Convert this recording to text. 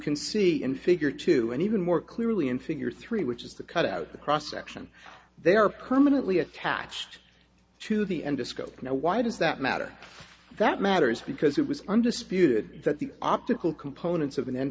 can see in figure two and even more clearly in figure three which is to cut out the cross section they are permanently attached to the end disco now why does that matter that matters because it was undisputed that the optical components of an end